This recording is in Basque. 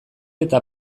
eta